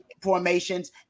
formations